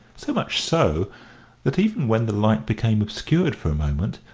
so much so that, even when the light became obscured for a moment,